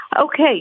okay